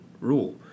rule